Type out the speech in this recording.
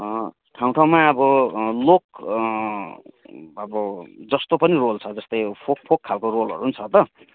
ठाउँ ठाउँमा अब लोक अब जस्तो पनि रोल छ जस्तै फोक फोक खालको रोलहरू पनि छ त